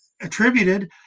attributed